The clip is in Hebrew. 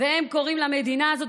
והם קוראים למדינה הזאת,